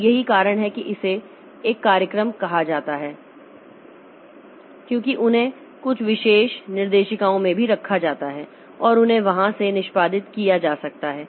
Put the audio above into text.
और यही कारण है कि इसे एक कार्यक्रम कहा जाता है क्योंकि उन्हें कुछ विशेष निर्देशिकाओं में भी रखा जाता है और उन्हें वहां से निष्पादित किया जा सकता है